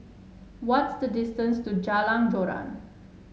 what is the distance to Jalan Joran